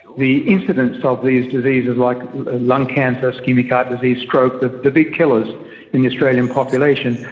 the incidence of these diseases, like lung cancer, so ischaemic heart disease, stroke, the the big killers in the australian population,